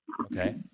Okay